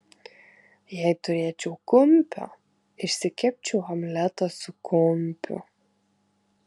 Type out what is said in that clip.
jei turėčiau kumpio išsikepčiau omletą su kumpiu